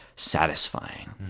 satisfying